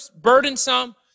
Burdensome